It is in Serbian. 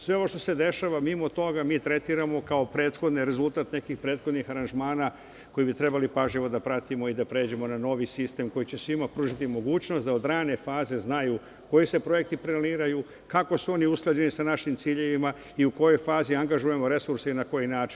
Sve ovo što se dešava mimo toga, mi tretiramo kao prethodne, rezultat nekih prethodnih aranžmana, koje bi trebali pažljivo da pratimo i da pređemo na novi sistem, koji će svima pružiti mogućnost da od rane faze znaju koji se projekti planiraju, kako su oni usklađeni sa našim ciljevima, u kojoj fazi angažujemo resurse i na koji način.